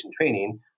training